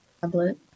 tablet